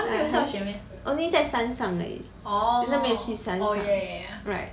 like only 在山上而已 then 都没有去山上 right